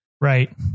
Right